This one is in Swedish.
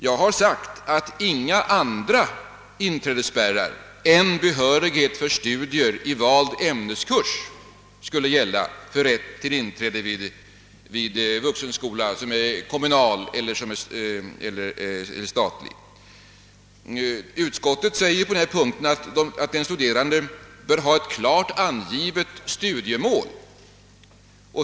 Jag har sagt att inga andra inträdesspärrar än behörighet för studier i vald ämneskurs bör gälla för rätt till inträde vid kommunal eller statlig vuxenskola. Utskottet skriver på den punkten att den studerande bör ha ett klart angivet studiemål.